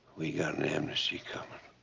we got an amnesty coming.